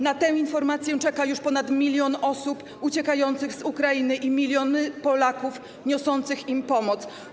Na tę informację czeka już ponad 1 mln osób uciekających z Ukrainy i miliony Polaków niosących im pomoc.